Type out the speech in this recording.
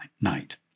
night